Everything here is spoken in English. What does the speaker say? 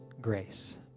grace